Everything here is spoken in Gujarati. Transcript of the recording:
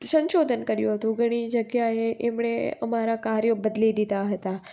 સંશોધન કર્યું હતું ઘણી જગ્યાએ એમણે અમારા કાર્યો બદલી દીધા હતા